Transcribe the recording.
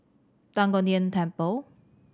Tan Kong Tian Temple